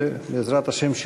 ובעזרת השם,